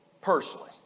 personally